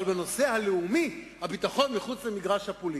אבל בנושא הלאומי הביטחון מחוץ למגרש הפוליטי.